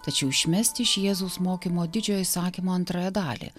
tačiau išmesti iš jėzaus mokymo didžiojo įsakymo antrąją dalį